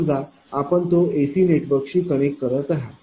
समजा आपण तो AC नेटवर्कशी कनेक्ट करत आहात